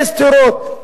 אין סתירות.